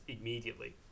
immediately